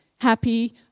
happy